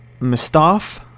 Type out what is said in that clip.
Mustaf